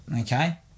Okay